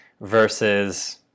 Versus